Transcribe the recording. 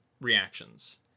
reactions